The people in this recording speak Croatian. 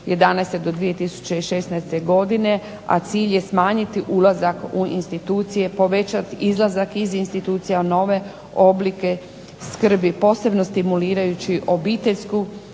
2011. do 2016. godine a cilj je smanjiti ulazak u institucije, povećati izlazak iz institucija nove oblike skrbi posebno stimulirajući obiteljsku